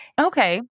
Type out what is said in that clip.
Okay